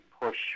push